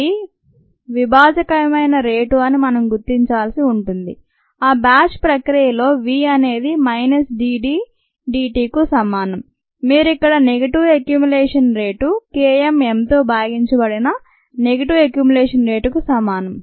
వి వి విభాజక మైన రేటు అని మనం గుర్తించాల్సి ఉంటుంది ఈ బ్యాచ్ ప్రక్రియలో v అనేది minus d d d t కు సమానం మీరు ఇక్కడ negative accumulation rate K m m తో భాగించబడిన నెగటివ్ ఎక్యుమిలేషన్ రేటు కు సమానం